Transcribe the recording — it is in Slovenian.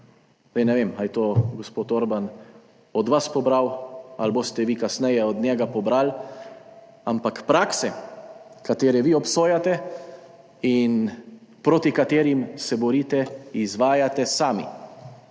ne vem, ali je to gospod Orban od vas pobral ali boste vi kasneje od njega pobrali, ampak prakse, ki jih vi obsojate in proti katerim se borite, izvajate sami.